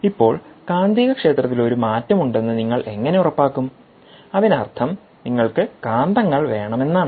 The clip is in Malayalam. ഇപ്പോൾ കാന്തികക്ഷേത്രത്തിൽ ഒരു മാറ്റം ഉണ്ടെന്ന് നിങ്ങൾ എങ്ങനെ ഉറപ്പാക്കും അതിനർത്ഥം നിങ്ങൾക്ക് കാന്തങ്ങൾ വേണമെന്നാണ്